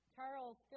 Charles